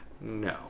No